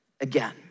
again